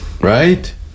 Right